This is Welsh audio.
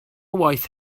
waith